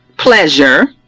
pleasure